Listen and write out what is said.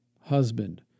husband